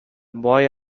boy